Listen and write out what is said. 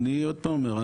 אני עוד פעם אומר,